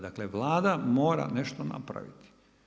Dakle, Vlada mora nešto napraviti.